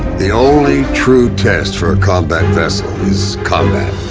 the only true test for a combat vessel, is combat.